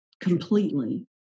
completely